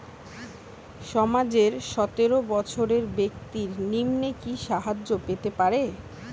সমাজের সতেরো বৎসরের ব্যাক্তির নিম্নে কি সাহায্য পেতে পারে?